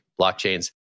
blockchains